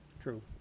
True